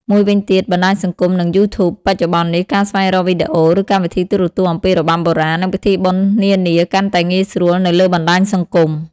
មួយវិញទៀតបណ្តាញសង្គម និង YouTube បច្ចុប្បន្ននេះ ការស្វែងរកវីដេអូ ឬកម្មវិធីទូរទស្សន៍អំពីរបាំបុរាណ និងពិធីបុណ្យនានាកាន់តែងាយស្រួលនៅលើបណ្តាញសង្គម។